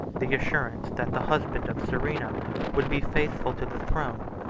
the assurance that the husband of serena would be faithful to the throne,